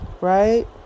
right